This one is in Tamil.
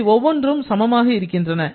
இவை ஒவ்வொன்றும் சமமாக இருக்கின்றன